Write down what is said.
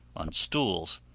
on stools,